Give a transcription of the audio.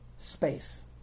space